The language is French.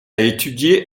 étudié